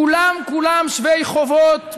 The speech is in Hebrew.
כולם כולם שווי חובות,